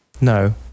No